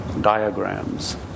diagrams